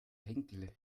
henkel